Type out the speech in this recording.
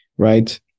Right